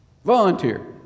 volunteer